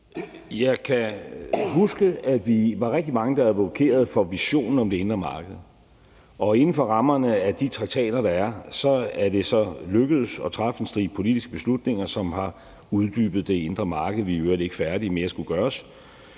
Jeg kan huske, at vi var rigtig mange, der advokerede for visionen om det indre marked, og inden for rammerne af de traktater, der er, er det så lykkedes at træffe en stribe politiske beslutninger, som har udbygget det indre marked, hvilket vi i øvrigt ikke er færdige med at skulle gøre,